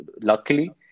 luckily